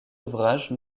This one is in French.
ouvrages